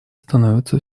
становится